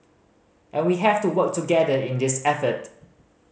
and we have to work together in this effort